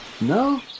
No